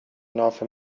ناف